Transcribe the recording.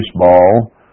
baseball